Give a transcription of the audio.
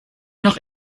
noch